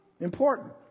Important